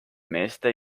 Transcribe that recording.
meeste